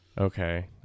Okay